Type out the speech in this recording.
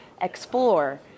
explore